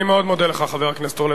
אני מאוד מודה לך, חבר הכנסת אורלב.